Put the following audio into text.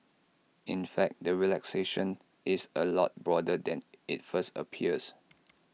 in fact the relaxation is A lot broader than IT first appears